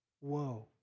Whoa